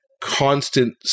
constant